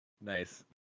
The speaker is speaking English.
Nice